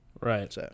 Right